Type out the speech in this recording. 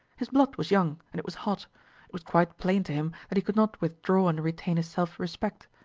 his blood was young, and it was hot it was quite plain to him that he could not withdraw and retain his self-respect.